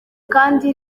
kandi